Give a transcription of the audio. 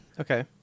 Okay